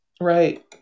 Right